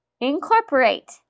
Incorporate